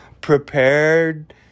Prepared